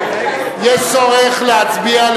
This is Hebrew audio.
יש צורך להצביע,